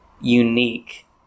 unique